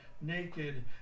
naked